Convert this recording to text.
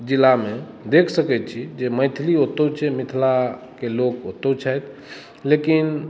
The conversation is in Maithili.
जिला मे देख सकै छी जे मैथिली ओतौ छै जे मिथिला के लोक ओतौ छथि लेकिन